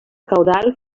caudal